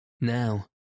Now